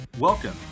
Welcome